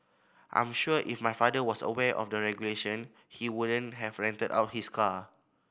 I'm sure if my father was aware of the regulation he wouldn't have rented out his car